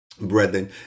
Brethren